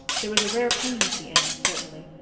there was a rare pungency in it certainly,